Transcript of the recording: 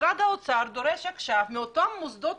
ומשרד האוצר דורש עכשיו מאותם מוסדות